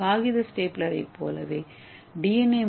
ஒரு காகித ஸ்டேப்லரைப் போலவே டி